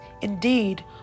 Indeed